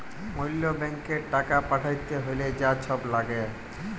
অল্য ব্যাংকে টাকা পাঠ্যাতে হ্যলে যা ছব ল্যাগে